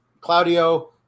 Claudio